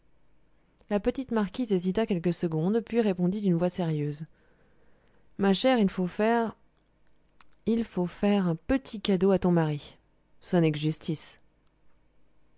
la petite marquise hésita quelques secondes puis répondit d'une voix sérieuse ma chère il faut faire il faut faire un petit cadeau à ton mari ça n'est que justice